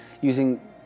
using